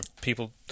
people